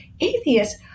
atheist